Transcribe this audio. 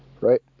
right